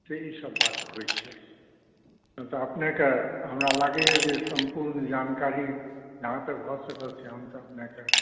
ई सभ बात होइत छै तऽ अपनेकेँ हमरा लागया जे सम्पूर्ण जानकारी जहाँ तक भऽ सकल छै हम तऽ अपनेकेँ